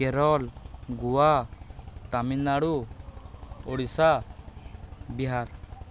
Kerala Goa Tamil Nadu Odisha Bihar